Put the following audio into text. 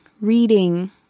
reading